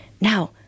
Now